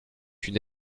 une